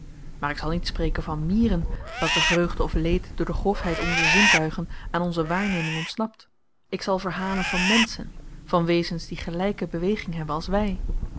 maar ik zal niet spreken van mieren welker vreugde of leed door de grofheid onzer zintuigen aan onze waarneming ontsnapt ik zal verhalen van menschen van wezens die gelyke beweging hebben als wy